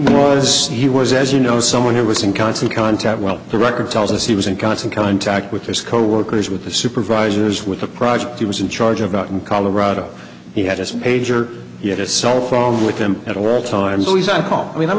was he was as you know someone who was in constant contact well the record tells us he was in constant contact with his coworkers with the supervisors with the project he was in charge of out in colorado he had his pager he had a cell phone with him at all or at times always at home i mean i'm